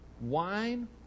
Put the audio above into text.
wine